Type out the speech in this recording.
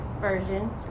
version